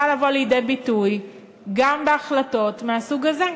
לבוא לידי ביטוי גם בהחלטות מהסוג הזה.